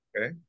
Okay